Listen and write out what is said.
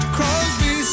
Crosby